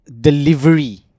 delivery